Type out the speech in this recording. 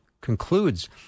concludes